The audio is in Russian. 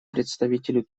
представителю